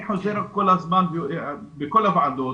בכל הוועדות